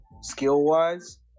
skill-wise